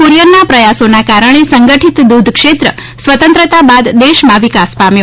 ક્રિરથનના પ્રયાસોના કારણે સંગઠિત દૂધ ક્ષેત્ર સ્વતંત્રતા બાદ દેશમાં વિકાસ પામ્યો